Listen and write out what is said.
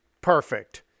Perfect